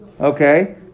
Okay